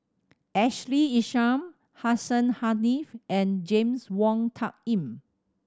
Ashley Isham Hussein Haniff and James Wong Tuck Yim